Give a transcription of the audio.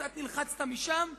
קצת נלחצת משם וקיבלנו,